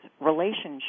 relationship